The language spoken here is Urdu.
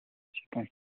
ٹھیک ہے